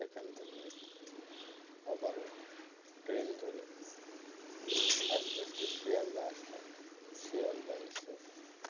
সেখান থেকে আবারও ট্রেন ধরে আস্তে আস্তে শিয়ালদা আসলাম শিয়ালদা এসে